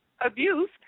abuse